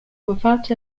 without